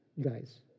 guys